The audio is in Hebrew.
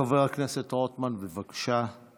חבר הכנסת רוטמן, בבקשה.